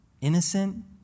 innocent